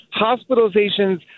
hospitalizations